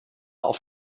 auf